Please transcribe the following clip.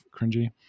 cringy